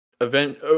event